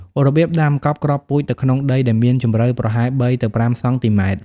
របៀបដាំ កប់គ្រាប់ពូជទៅក្នុងដីដែលមានជម្រៅប្រហែល ៣ ទៅ ៥ សង់ទីម៉ែត្រ។